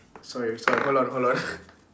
sorry sorry hold on hold on